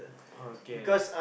okay yes